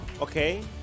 Okay